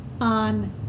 on